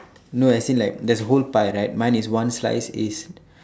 no as in like there's a whole pie right my is one slice is